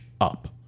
up